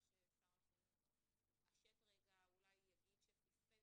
ששר החינוך יתעשת ואולי יגיד שפספס